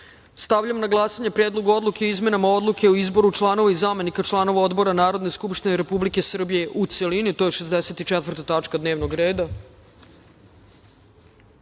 odluke. Stavljam na glasanje Predlog odluke o izmenama odluke o izboru članova i zamenika članova Odbora Narodne skupštine Republike Srbije u celini. To je 64. tačka dnevnog